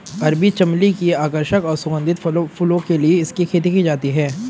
अरबी चमली की आकर्षक और सुगंधित फूलों के लिए इसकी खेती की जाती है